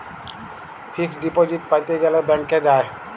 fixed deposit প্যাতে গ্যালে ব্যাংকে যায়